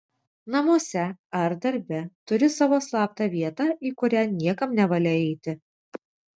namuose ar darbe turi savo slaptą vietą į kurią niekam nevalia įeiti